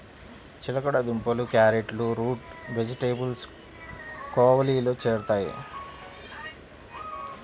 చిలకడ దుంపలు, క్యారెట్లు రూట్ వెజిటేబుల్స్ కోవలోకి చేరుతాయి